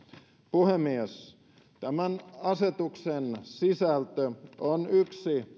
puhemies tämän asetuksen sisältö on yksi